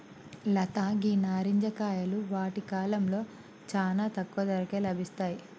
లత గీ నారింజ కాయలు వాటి కాలంలో చానా తక్కువ ధరకే లభిస్తాయి